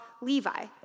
Levi